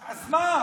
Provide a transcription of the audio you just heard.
אז מה?